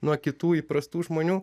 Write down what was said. nuo kitų įprastų žmonių